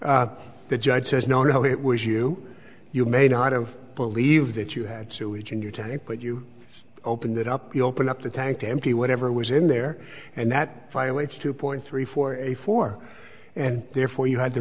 the judge says no no it was you you may not have believed that you had sewage in your tank but you opened it up the open up the tank to empty whatever was in there and that violates two point three four a four and therefore you had the